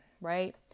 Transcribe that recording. right